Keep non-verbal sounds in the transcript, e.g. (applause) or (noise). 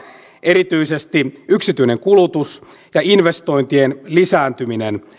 erityisesti yksityinen kulutus (unintelligible) ja investointien lisääntyminen